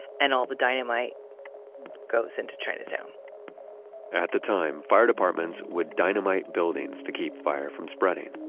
and all the dynamite goes into chinatown at the time, fire departments would dynamite buildings to keep fire from spreading.